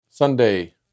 Sunday